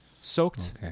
Soaked